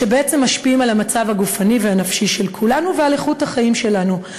שבעצם משפיעים על המצב הגופני והנפשי של כולנו ועל איכות החיים שלנו.